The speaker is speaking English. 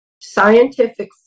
scientific